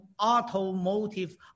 automotive